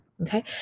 okay